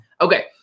Okay